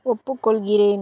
ஒப்புக்கொள்கிறேன்